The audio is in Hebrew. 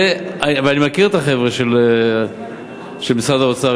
ואני מכיר את החבר'ה של משרד האוצר,